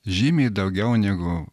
žymiai daugiau negu